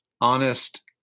honest